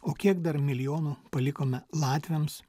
o kiek dar milijonų palikome latviams